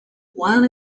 while